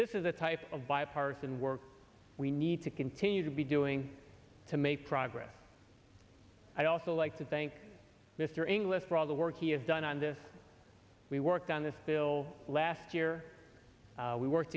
this is the type of bipartisan work we need to continue to be doing to make progress i'd also like to thank mr inglis for all the work he has done on this we worked on this bill last year we work